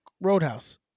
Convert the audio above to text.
Roadhouse